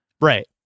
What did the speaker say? Right